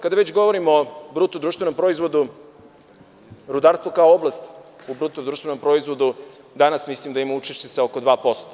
Kada već govorimo o BDP, rudarstvo kao oblast u BDP danas mislim da ima učešće sa oko 2%